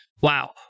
Wow